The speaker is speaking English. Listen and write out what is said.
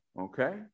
Okay